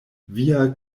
via